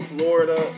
Florida